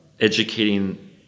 educating